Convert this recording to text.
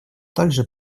также